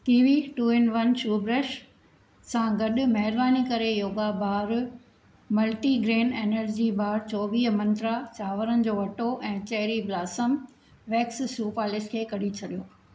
kiwi two in one shoe brush सां गॾु महिरबानी करे yoga bar multigrain energy bar चोवीह मंत्रा चांवरनि जो अटो ऐं cherry blossom wax shoe polish खे कढी छॾियो